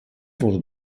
wurde